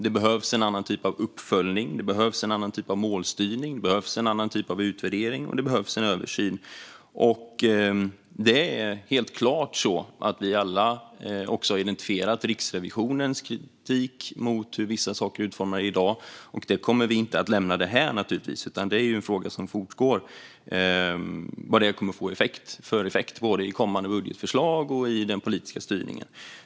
Det behövs en annan typ av uppföljning, det behövs en annan typ av målstyrning, det behövs en annan typ av utvärdering och det behövs en översyn. Helt klart har vi alla också identifierat Riksrevisionens kritik mot hur vissa saker är utformade i dag. Det kommer vi naturligtvis inte att lämna därhän, utan det är en fråga som fortgår och som kommer att få effekt både i kommande budgetförslag och i den politiska styrningen.